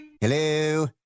hello